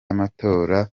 amatora